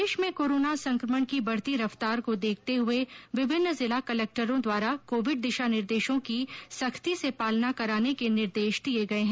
प्रदेश में कोरोना संकमण की बढ़ती रफ्तार को देखते हये विभिन्न जिला कलक्टरों द्वारा कोविड दिशानिर्देशों की सख्ती से पालना कराने के निर्देश दिये गये है